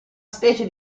specie